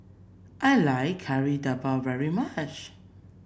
I like Kari Debal very much